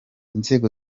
inzego